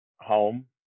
home